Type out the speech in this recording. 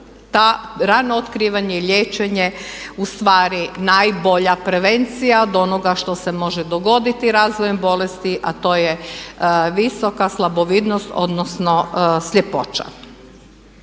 to rano otkrivanje i liječenje ustvari najbolja prevencija od onoga što se može dogoditi razvojem bolesti, a to je visoka slabovidnost odnosno sljepoća.